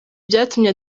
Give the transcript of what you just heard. byatumye